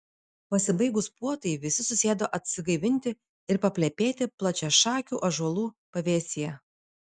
pasibaigus puotai visi susėdo atsigaivinti ir paplepėti plačiašakių ąžuolų pavėsyje